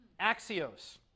axios